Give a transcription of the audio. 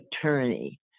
attorney